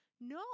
No